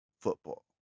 football